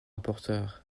rapporteur